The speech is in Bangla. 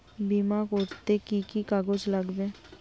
বিমা করতে কি কি কাগজ লাগবে?